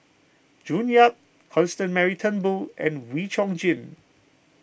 June Yap Constance Mary Turnbull and Wee Chong Jin